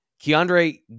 Keandre